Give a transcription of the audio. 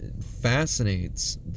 fascinates